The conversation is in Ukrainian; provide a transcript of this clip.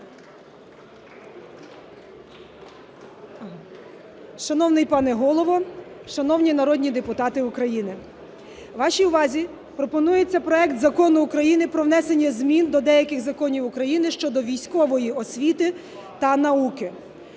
Шановний пане Голово, шановні народні депутати України! Вашій увазі пропонується проект Закону України про внесення змін до деяких законів України щодо військової освіти та науки.